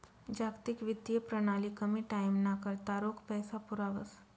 जागतिक वित्तीय प्रणाली कमी टाईमना करता रोख पैसा पुरावस